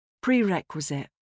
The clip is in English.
Prerequisite